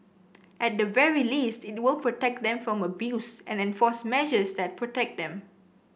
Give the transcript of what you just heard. at the very least it will protect them from abuse and enforce measures that protect them